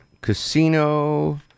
Casino